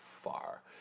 far